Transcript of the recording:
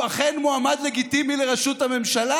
הוא אכן מועמד לגיטימי לראשות הממשלה.